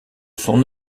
son